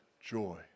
joy